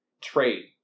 trade